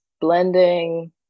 blending